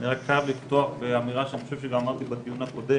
אני רק חייב לפתוח באמירה שאני חושב שגם אמרתי בדיון הקודם,